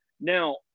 Now